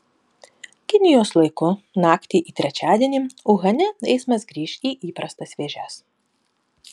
kinijos laiku naktį į trečiadienį uhane eismas grįš į įprastas vėžes